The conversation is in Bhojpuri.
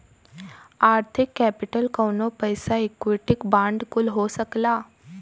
आर्थिक केपिटल कउनो पइसा इक्विटी बांड कुल हो सकला